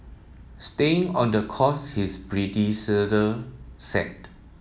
staying on the course his predecessor set